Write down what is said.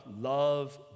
love